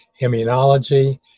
immunology